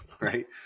right